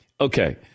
Okay